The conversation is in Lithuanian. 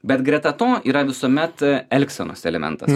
bet greta to yra visuomet elgsenos elementas